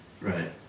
Right